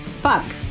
Fuck